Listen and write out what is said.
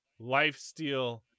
lifesteal